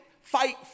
fight